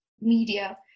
media